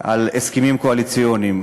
אל ההסכמים הקואליציוניים.